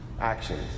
Actions